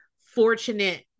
fortunate